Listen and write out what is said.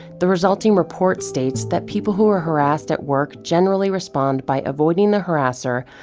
the resulting report states that people who are harassed at work generally respond by avoiding the harasser,